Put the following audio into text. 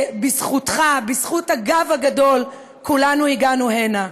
שבזכותך, בזכות הגב הגדול, כולנו הגענו הנה,